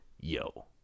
yo